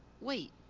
Wait